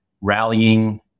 rallying